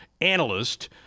analyst